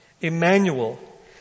Emmanuel